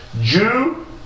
Jew